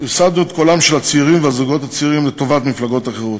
הפסדנו את קולם של הצעירים ושל הזוגות הצעירים לטובת מפלגות אחרות.